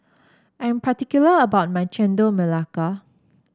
I am particular about my Chendol Melaka